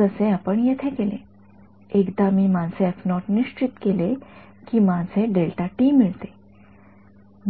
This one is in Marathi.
जसे आपण येथे केले एकदा मी माझे निश्चित केले की माझे मिळते